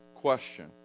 Question